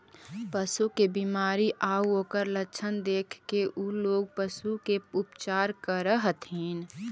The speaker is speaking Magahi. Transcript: पशु के बीमारी आउ ओकर लक्षण देखके उ लोग पशु के उपचार करऽ हथिन